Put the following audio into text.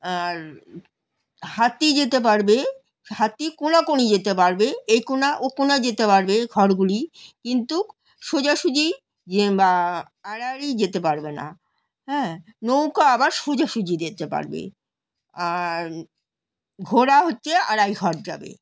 আর হাতি যেতে পারবে হাতি কোণাকোণি যেতে পারবে এই কোণা ও কোণা যেতে পারবে ঘরগুলি কিন্তু সোজাসুজি বা আড়াআড়ি যেতে পারবে না হ্যাঁ নৌকা আবার সোজাসুজি যেতে পারবে আর ঘোড়া হচ্ছে আড়াই ঘর যাবে